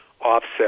offset